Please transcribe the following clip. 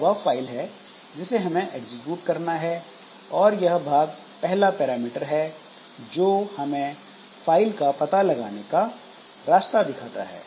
यह वह फाइल है जिसे हमें एग्जीक्यूट करना है और यह भाग पहला पैरामीटर है जो हमें फाइल का पता लगाने का रास्ता दिखाता है